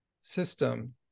system